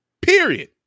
Period